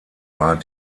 war